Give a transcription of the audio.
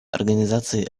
организации